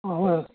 ಹ್ಞೂ ಹ್ಞೂ